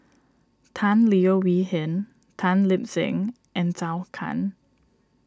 Tan Leo Wee Hin Tan Lip Seng and Zhou Can